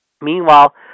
Meanwhile